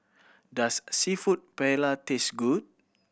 does Seafood Paella taste good